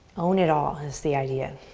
own it all is the idea.